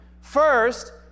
first